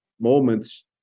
moments